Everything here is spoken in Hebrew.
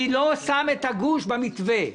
אני לא שם את הגוש במתווה.